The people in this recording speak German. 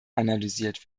analysiert